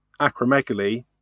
acromegaly